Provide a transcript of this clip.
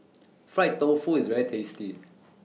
Fried Tofu IS very tasty